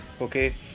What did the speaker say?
Okay